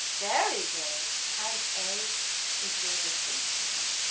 very good, and a is where we're finishing on.